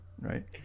right